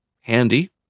handy